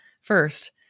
First